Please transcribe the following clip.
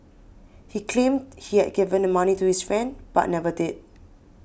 he claimed he had given the money to his friend but never did